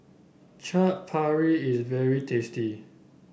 Chaat Papri is very tasty